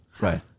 Right